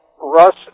Russ